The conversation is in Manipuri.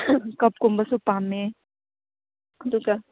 ꯀꯞ ꯀꯨꯝꯕꯁꯨ ꯄꯥꯝꯃꯦ ꯑꯗꯨꯒ